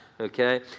Okay